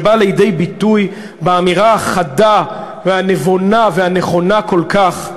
שבאה לידי ביטוי באמירה החדה והנבונה והנכונה כל כך: